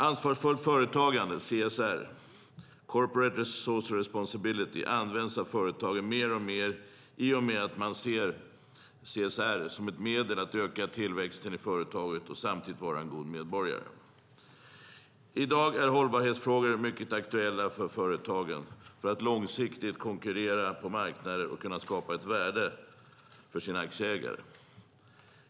Ansvarsfullt företagande, CSR, alltså corporate social responsibility, används mer och mer av företagen i och med att de ser CSR som ett medel att öka tillväxten i företagen och samtidigt vara goda medborgare. I dag är hållbarhetsfrågor mycket aktuella för företagen för att de långsiktigt ska kunna konkurrera på marknader och kunna skapa ett värde för sina aktieägare.